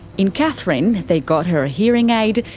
in katherine, they got her a hearing aid,